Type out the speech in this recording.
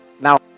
Now